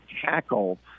tackle